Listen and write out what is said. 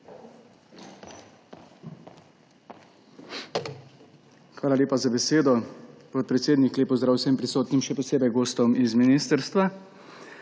Hvala lepa za besedo, podpredsednik. Lep pozdrav vsem prisotnim, še posebej gostom iz ministrstva.